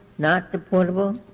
not deportable?